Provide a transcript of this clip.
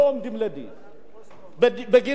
בגין הסתה והמרדה וכן הלאה.